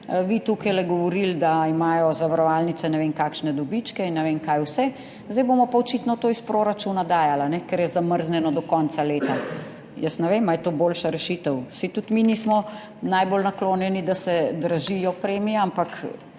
Vi tukaj govorili, da imajo zavarovalnice ne vem kakšne dobičke in ne vem kaj vse, zdaj bomo pa očitno to iz proračuna dajali, ker je zamrznjeno do konca leta. Jaz ne vem ali je to boljša rešitev. Saj tudi mi nismo najbolj naklonjeni, da se dražijo premije, ampak